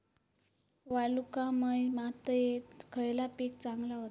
वालुकामय मातयेत खयला पीक चांगला होता?